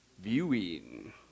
viewing